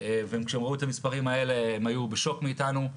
ושהם ראו את המספרים האלה הם היו בשוק מאיתנו.